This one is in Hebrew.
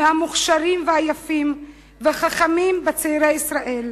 מהמוכשרים והיפים והחכמים בצעירי ישראל,